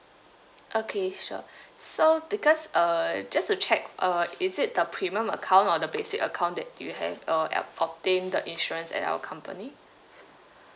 okay sure so bebecause uh just to check uh is it the premium account or the basic account that you have uh err obtained the insurance at our company